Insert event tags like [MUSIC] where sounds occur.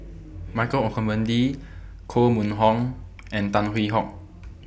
[NOISE] Michael Olcomendy Koh Mun Hong and Tan Hwee Hock